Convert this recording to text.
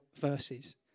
verses